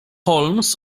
holmes